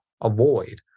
avoid